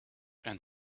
and